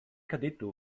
cadetto